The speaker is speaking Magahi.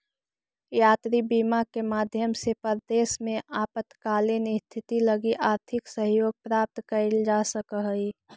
यात्री बीमा के माध्यम से परदेस में आपातकालीन स्थिति लगी आर्थिक सहयोग प्राप्त कैइल जा सकऽ हई